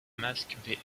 mask